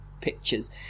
pictures